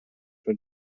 suo